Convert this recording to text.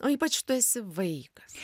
o ypač tu esi vaikas